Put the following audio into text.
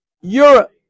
Europe